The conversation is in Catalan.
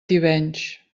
tivenys